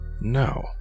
No